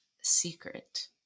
secret